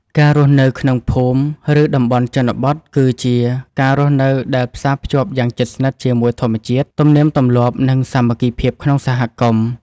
ការរស់នៅក្នុងភូមិ ឬតំបន់ជនបទ គឺជាការរស់នៅដែលផ្សារភ្ជាប់យ៉ាងជិតស្និទ្ធជាមួយធម្មជាតិ ទំនៀមទម្លាប់ និងសាមគ្គីភាពក្នុងសហគមន៍។